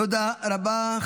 תודה רבה.